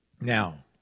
Now